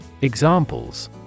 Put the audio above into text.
Examples